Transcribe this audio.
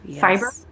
fiber